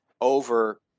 over